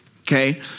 okay